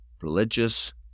religious